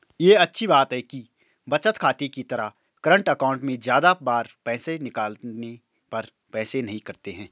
ये अच्छी बात है कि बचत खाते की तरह करंट अकाउंट में ज्यादा बार पैसे निकालने पर पैसे नही कटते है